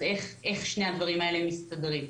אז איך שני הדברים האלה מסתדרים.